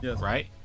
right